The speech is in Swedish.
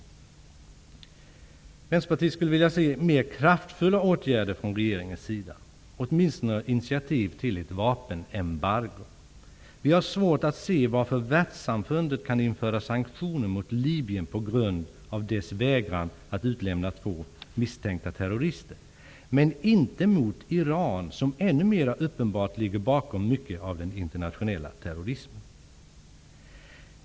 Jag skulle vilja se mer kraftfulla åtgärder från regeringens sida, åtminstone ett initiativ till ett vapenembargo. Jag har svårt att se varför världssamfundet skall införa sanktioner mot Libyen på grund av dess vägran att utlämna två misstänkta terrorister, när man inte gör det mot Iran som ännu mer uppenbart ligger bakom mycket av den internationella terrorismen.